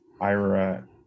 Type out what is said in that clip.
Ira